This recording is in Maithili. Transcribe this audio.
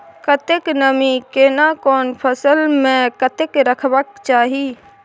कतेक नमी केना कोन फसल मे कतेक रहबाक चाही?